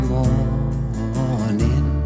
morning